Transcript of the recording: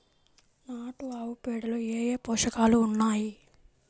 నాటు ఆవుపేడలో ఏ ఏ పోషకాలు ఉన్నాయి?